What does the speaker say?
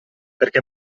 perché